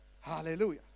Hallelujah